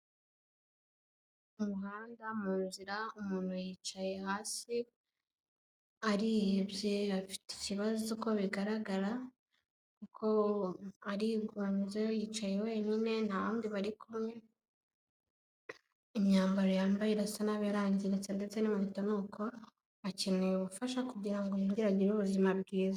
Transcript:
Mu muhanda mu nzira, umuntu yicaye hasi arihebye, afite ikibazo ko bigaragara, kuko aringunze yicaye wenyine, nta wundi bari kumwe, imyambaro yambaye irasa nabi yarangiritse ndetse n'inkweto n'uko, akeneye ubufasha kugira ngo yongere agire ubuzima bwiza.